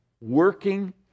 working